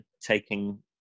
taking